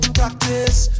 practice